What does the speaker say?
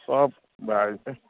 सब भए जेतय